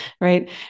right